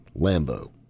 Lambo